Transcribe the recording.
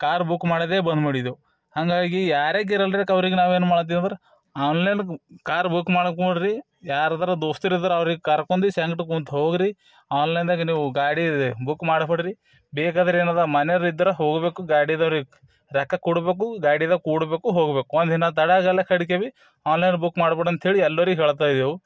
car book ಮಾಡೋದೇ ಬಂದ್ ಮಾಡಿದೆವು ಹಾಗಾಗಿ ಯಾರೇ ಗಿರರ್ಲೆಕ್ ಅವ್ರಿಗೆ ನಾವೇನು ಮಾಡತ್ತೇವು ಅಂದ್ರೆ ಆನ್ಲೈನ್ ಕಾರ್ ಬುಕ್ ಮಾಡಕ್ಕೆ ನೋಡಿರಿ ಯಾರಾದ್ರು ದೋಸ್ತರು ಇದ್ರೆ ಅವ್ರಿಗೆ ಕರ್ಕೊಂಡಿ ಸಾನಿಟ್ ಕುಂತು ಹೋಗಿರಿ ಆನ್ಲೈನ್ದಾಗ ನೀವು ಗಾಡಿ ಬುಕ್ ಮಾಡಬೇಡ್ರಿ ಬೇಕಾದರೆ ಏನಿದೆ ಮನೆಯವ್ರ್ ಇದ್ರೆ ಹೋಗ್ಬೇಕು ಗಾಡಿದವ್ರಿಗೆ ರೊಕ್ಕ ಕೊಡ್ಬೇಕು ಗಾಡಿದಾಗೆ ಕೂಡ್ಬೇಕು ಹೋಗ್ಬೇಕು ಒಂದಿನ ತಡ ಜಾಲಕಡ್ಕೆ ಭಿ ಆನ್ಲೈನ್ ಬುಕ್ ಮಾಡ್ಬೇಡಿ ಅಂತೇಳಿ ಎಲ್ಲರಿಗೆ ಹೇಳ್ತಾ ಇದೆವು